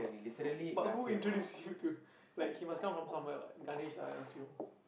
from but who introduce you to like he must come from somewhere what Ganesh lah I assume